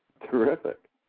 Terrific